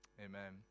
Amen